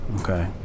okay